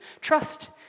trust